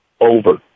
over